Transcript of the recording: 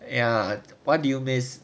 ya what do you miss